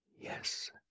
Yes